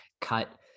cut